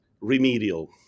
remedial